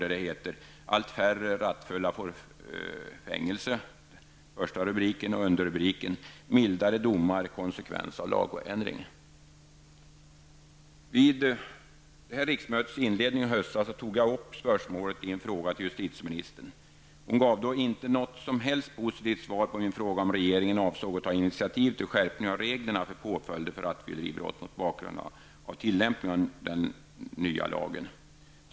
Första rubriken lyder: Allt färre rattfulla får fängelse, och underrubriken lyder: Vid detta riksmötets inledning i höstas tog jag upp spörsmålet i en fråga till justitieministern. Hon gav inte något som helst positivt svar på min fråga, om regeringen avsåg att ta initiativ till skärpning av reglerna för påföljder för rattfylleribrott mot bakgrund av tillämpningen av den nya lagen.